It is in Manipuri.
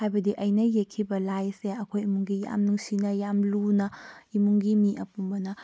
ꯍꯥꯏꯕꯗꯤ ꯑꯩꯅ ꯌꯦꯛꯈꯤꯕ ꯂꯥꯏꯁꯦ ꯑꯩꯈꯣꯏ ꯏꯃꯨꯡꯒꯤ ꯌꯥꯝ ꯅꯨꯡꯁꯤꯅ ꯌꯥꯝ ꯂꯨꯅ ꯏꯃꯨꯡꯒꯤ ꯃꯤ ꯑꯄꯨꯝꯕꯅ